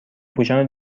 پوشان